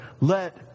let